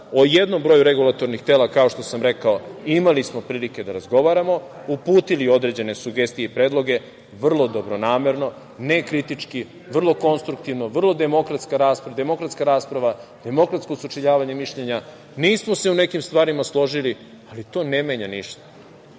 O jednom broju regulatornih tela, kao što sam rekao imali smo prilike da razgovaramo, uputili određene sugestije i predloge vrlo dobronamerno, nekritički, vrlo konstruktivno, vrlo demokratska rasprava, demokratsko sučeljavanje mišljenja. Nismo se u nekim stvarima složili, ali to ne menja ništa.